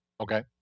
Okay